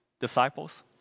Disciples